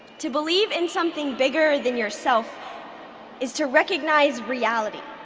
to believe in something bigger than yourself is to recognize reality.